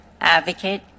advocate